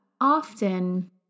often